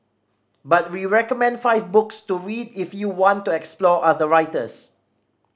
but we recommend five books to read if you want to explore other writers